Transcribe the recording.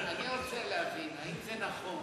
אני רוצה להבין אם זה נכון